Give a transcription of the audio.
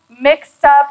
mixed-up